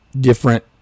different